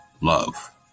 love